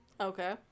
Okay